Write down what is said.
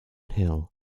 hill